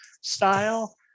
style